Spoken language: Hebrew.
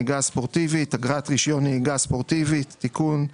(אגרת רישיון נהיגה ספורטיבית) (תיקון),